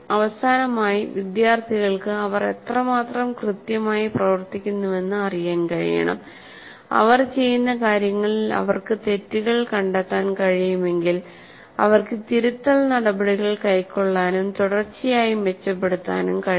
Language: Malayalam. അവസാനമായി വിദ്യാർത്ഥികൾക്ക് അവർ എത്രമാത്രം കൃത്യമായി പ്രവർത്തിക്കുന്നുവെന്ന് അറിയാൻ കഴിയണം അവർ ചെയ്യുന്ന കാര്യങ്ങളിൽ അവർക്ക് തെറ്റുകൾ കണ്ടെത്താൻ കഴിയുമെങ്കിൽ അവർക്ക് തിരുത്തൽ നടപടികൾ കൈക്കൊള്ളാനും തുടർച്ചയായി മെച്ചപ്പെടുത്താനും കഴിയും